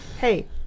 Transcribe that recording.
Hey